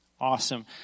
Awesome